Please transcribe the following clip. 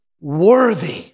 worthy